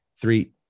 Three